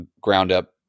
ground-up